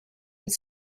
its